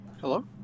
Hello